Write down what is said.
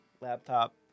Laptop